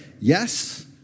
Yes